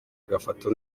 agafata